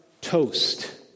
toast